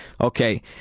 Okay